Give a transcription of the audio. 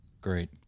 Great